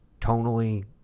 tonally